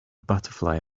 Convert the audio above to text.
butterfly